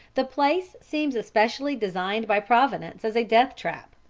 the place seems especially designed by providence as a death-trap.